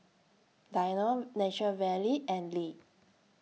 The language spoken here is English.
Danone Nature Valley and Lee